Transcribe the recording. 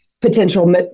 potential